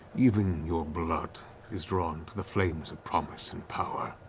even your blood is drawn to the flames of promise and power.